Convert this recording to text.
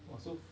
!wah! so